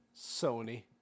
Sony